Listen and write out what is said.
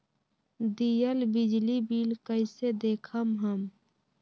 दियल बिजली बिल कइसे देखम हम?